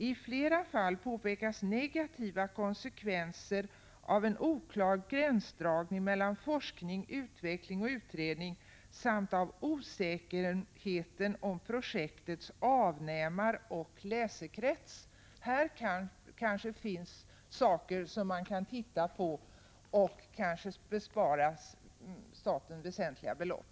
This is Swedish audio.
——-- I flera fall påpekas negativa konsekvenser av en oklar gränsdragning mellan forskning, utveckling och utredning samt av osäkerheten om projektets avnämaroch läsekrets.” Här kanske det finns saker att titta på, varigenom staten kan besparas väsentliga belopp.